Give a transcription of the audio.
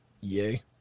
Yay